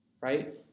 right